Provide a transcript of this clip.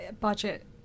budget